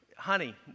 Honey